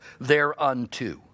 thereunto